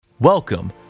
Welcome